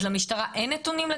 אז למשטרה אין נתונים?